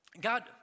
God